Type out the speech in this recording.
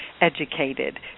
educated